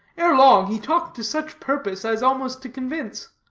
ere long he talked to such purpose as almost to convince.